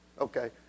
Okay